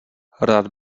rád